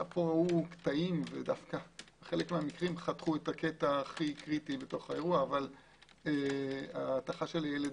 בחלק מהמקרים חתכו את הקטע הכי קריטי מהאירוע ההטחה של ילד